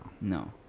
No